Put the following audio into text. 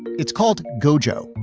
it's called gojo,